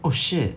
oh shit